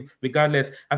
regardless